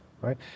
right